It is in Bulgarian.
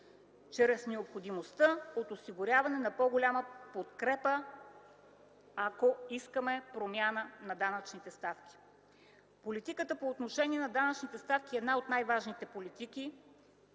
чрез необходимостта от осигуряване на по-голяма подкрепа, ако искаме промяна на данъчните ставки. Политиката по отношение на данъчните ставки е една от най-важните политики,